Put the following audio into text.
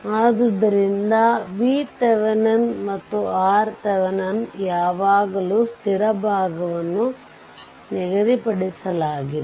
ಆದ್ದರಿಂದ VThevenin ಮತ್ತು RThevenin ಯಾವಾಗಲೂ ಸ್ಥಿರ ಭಾಗವನ್ನು ನಿಗದಿಪಡಿಸಲಾಗಿದೆ